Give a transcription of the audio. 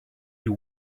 you